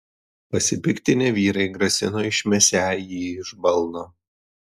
pasipiktinę vyrai grasino išmesią jį iš balno